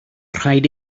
rhaid